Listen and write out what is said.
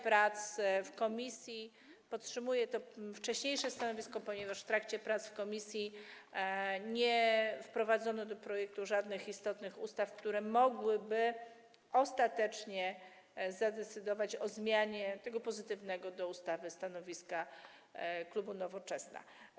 Podtrzymuję to wcześniejsze stanowisko, ponieważ w trakcie prac w komisji nie wprowadzono do projektu żadnych istotnych poprawek, które mogłyby ostatecznie zadecydować o zmianie tego pozytywnego wobec ustawy stanowiska klubu Nowoczesna.